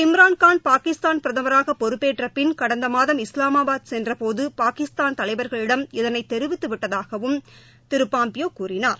இம்ரான்கான் பாகிஸ்தான் பிரதமராகபொறுப்பேற்றபின் கடந்தமாதம் இஸ்லாமாபாத் திரு சென்றபோதுபாகிஸ்தான் தலைவர்களிடம் இதனைத் தெரிவித்துவிட்டதாகவும் திருபாம்பியோகூறினார்